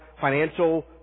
financial